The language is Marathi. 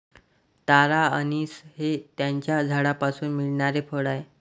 तारा अंनिस हे त्याच्या झाडापासून मिळणारे फळ आहे